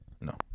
No